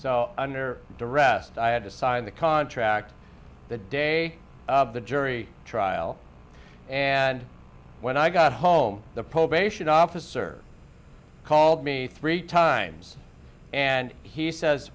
so under arrest i had to sign the contract the day of the jury trial and when i got home the probation officer called me three times and he says